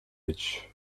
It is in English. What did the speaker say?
edge